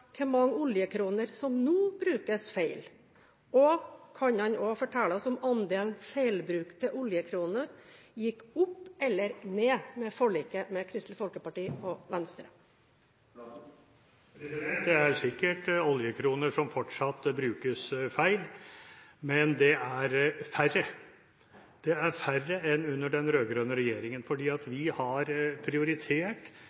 hvor mange oljekroner som nå brukes feil? Kan han også fortelle oss om andelen feilbruk av oljekroner gikk opp eller ned med forliket med Kristelig Folkeparti og Venstre? Det er sikkert oljekroner som fortsatt brukes feil, men det er færre enn under den rød-grønne regjeringen, fordi